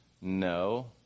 No